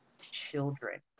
children